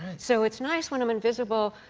so it's nice when i'm invisible.